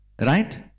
right